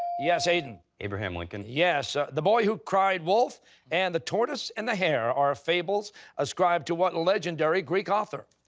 yes, aidan? abraham lincoln. costa yes. ah the boy who cried wolf and the tortoise and the hare are fables ascribed to what legendary greek author?